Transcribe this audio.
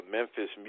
Memphis